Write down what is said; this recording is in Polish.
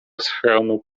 schronu